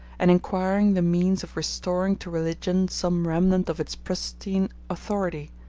and inquiring the means of restoring to religion some remnant of its pristine authority.